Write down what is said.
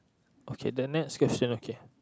okay the next question okay